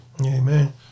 Amen